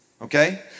okay